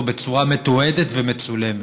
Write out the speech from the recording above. בצורה מתועדת ומצולמת.